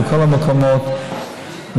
בכל המקומות,